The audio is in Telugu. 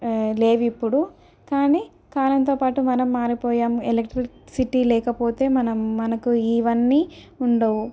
లేవు ఇప్పుడు కానీ కాలంతో పాటు మనం మారిపోయాము ఎలక్ట్రిక్ సిటీ లేకపోతే మనం మనకు ఇవన్నీ ఉండవు